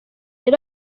yari